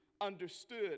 understood